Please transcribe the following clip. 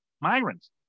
migrants